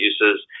uses